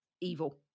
evil